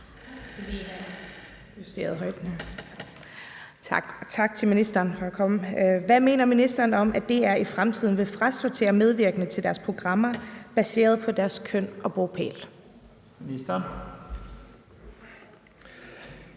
Hvad mener ministeren om, at DR i fremtiden vil frasortere medvirkende til deres programmer baseret på deres køn og bopæl?